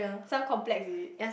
some complex is it